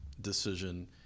decision